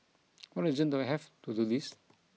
what reason do I have to do this